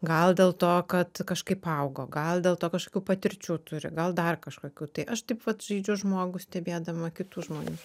gal dėl to kad kažkaip augo gal dėl to kažkokių patirčių turi gal dar kažkokių tai aš taip vat žaidžiu žmogų stebėdama kitų žmonių